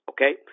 Okay